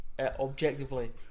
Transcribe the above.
objectively